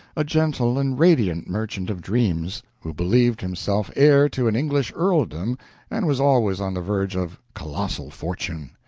a gentle and radiant merchant of dreams, who believed himself heir to an english earldom and was always on the verge of colossal fortune.